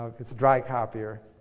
it's a dry copier.